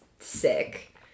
Sick